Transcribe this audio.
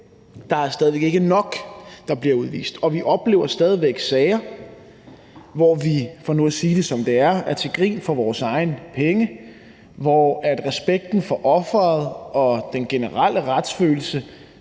der er stadig væk ikke nok, der bliver udvist, og vi oplever stadig væk sager, hvor vi, for nu at sige det, som det er, er til grin for vores egne penge, og hvor respekten for offeret og den generelle retsfølelse